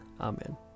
Amen